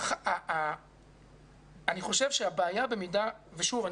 אני חושב שהבעיה ושוב,